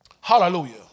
Hallelujah